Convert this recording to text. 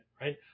right